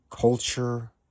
Culture